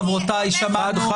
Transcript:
חבריי וחברותיי, שמענו.